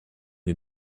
you